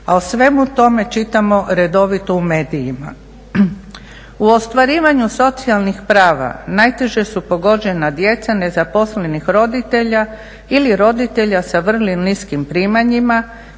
a o svemu tome čitamo redovito u medijima. U ostvarivanju socijalnih prava najteže su pogođena djeca nezaposlenih roditelja ili roditelja sa vrlo niskim primanjima,